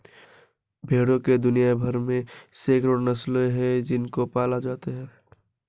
भेड़ों की दुनिया भर में सैकड़ों नस्लें हैं जिनको पाला जाता है